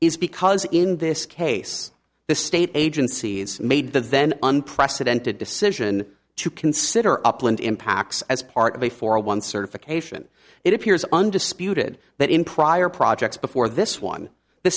is because in this case the state agencies made the then unprecedented decision to consider upland impacts as part of a four a one certification it appears undisputed that in prior projects before this one the